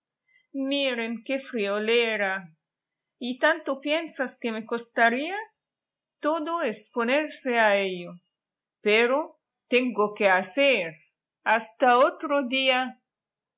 miren qué friolera y tanto piensas que me costaría todo es ponerse a ello pero tengo que hacer hasta otro día